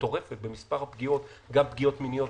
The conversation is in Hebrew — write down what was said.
מטורפת במספר הפגיעות, גם פגיעות מיניות.